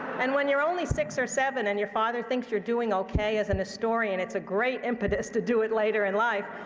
and when you're only six or seven and your father thinks you're doing ok as an historian, it's a great impetus to do it later in life.